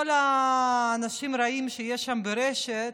כל האנשים הרעים שיש שם ברשת,